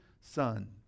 Son